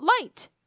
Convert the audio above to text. light